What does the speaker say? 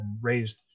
raised